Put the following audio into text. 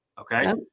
okay